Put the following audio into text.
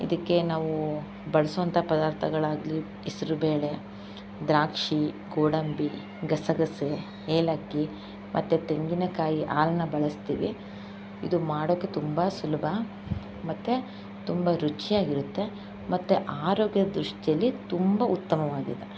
ಇದಕ್ಕೆ ನಾವು ಬಳಸುವಂಥ ಪದಾರ್ಥಗಳಾಗಲಿ ಹೆಸ್ರು ಬೇಳೆ ದ್ರಾಕ್ಷಿ ಗೋಡಂಬಿ ಗಸಗಸೆ ಏಲಕ್ಕಿ ಮತ್ತು ತೆಂಗಿನಕಾಯಿ ಹಾಲ್ನ ಬಳಸ್ತೀವಿ ಇದು ಮಾಡೋಕೆ ತುಂಬ ಸುಲಭ ಮತ್ತು ತುಂಬ ರುಚಿಯಾಗಿರುತ್ತೆ ಮತ್ತು ಆರೋಗ್ಯ ದೃಷ್ಟಿಯಲ್ಲಿ ತುಂಬ ಉತ್ತಮವಾಗಿದೆ